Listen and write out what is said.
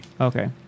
Okay